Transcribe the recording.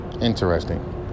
interesting